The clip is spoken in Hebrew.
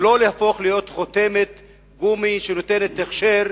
ולא להפוך להיות חותמת גומי שנותנת הכשר